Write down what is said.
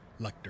Lecter